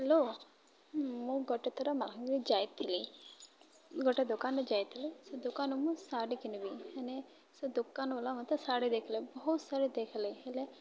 hello ମୁଁ ଗୋଟେ ଯାଇଥିଲି ଗୋଟେ ଦୋକାନ ଯାଇଥିଲି ସେ ଦୋକାନ ମୁଁ ଶାଢ଼ୀ କିଣିବି ହେଲେ ସେ ଦୋକାନ ବାଲା ମୋତେ ଶାଢ଼ୀ ଦେଖିଲେ ବହୁତ ଶାଢ଼ୀ ଦେଖାଇଲେ ହେଲେ